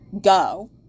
go